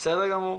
בסדר גמור.